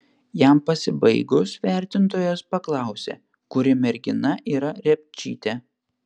jam pasibaigus vertintojas paklausė kuri mergina yra repčytė